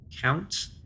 count